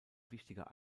wichtiger